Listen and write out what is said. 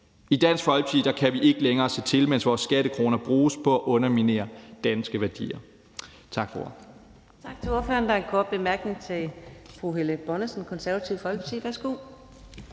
I Dansk Folkeparti kan vi ikke længere se til, mens vores skattekroner bruges på at underminere danske værdier.